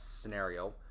scenario